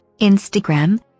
Instagram